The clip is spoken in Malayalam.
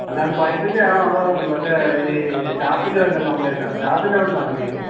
അല്ലാ അത് പൈപ്പിൻ്റേതാണോ അതോ മറ്റേ ഈ ടാപ്പിൻ്റെ വല്ല കംപ്ലൈൻറ്റ് ആണോ ടാപ്പിന്റെ അവിടെനിന്നാണോ ലീക്ക്